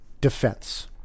defense